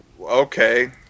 okay